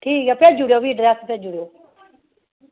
ठीक ऐ भी भेजी ओड़ेओ डिरेक्ट भेजी ओड़ेओ